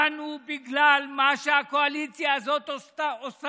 באנו בגלל מה שהקואליציה הזאת עושה.